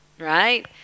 right